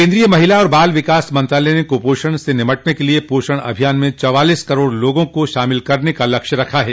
केन्द्रीय महिला और बाल विकास मंत्रालय ने कुपोषण से निपटने के लिये पोषण अभियान में चौवालीस करोड़ लोगों शामिल करने का लक्ष्य रखा है